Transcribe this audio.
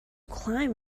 climb